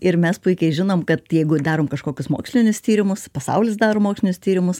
ir mes puikiai žinom kad jeigu darom kažkokius mokslinius tyrimus pasaulis daro mokslinius tyrimus